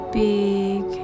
big